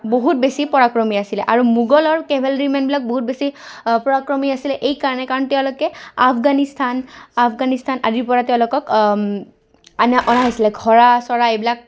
বহুত বেছি পৰাক্ৰমী আছিলে আৰু মোগলৰ কেভেলৰীমেনবিলাক বহুত বেছি পৰাক্ৰমী আছিলে এইকাৰণে কাৰণ তেওঁলোকে আফগানিস্থান আফগানিস্থান আদিৰপৰা তেওঁলোকক অনা হৈছিলে ঘোঁৰা চৰা এইবিলাক